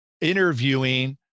interviewing